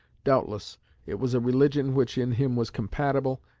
doubtless it was a religion which in him was compatible,